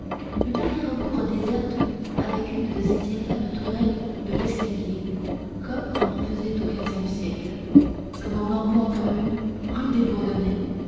une arrière-cour déserte avec une de ces diaphanes tourelles de l'escalier comme on en faisait au quinzième siècle comme on en voit encore une rue des bourdonnais